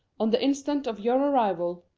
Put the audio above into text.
on the instant of your arrival,